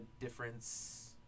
difference